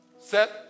Set